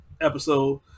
episode